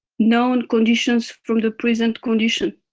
known conditions from the present condition,